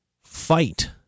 fight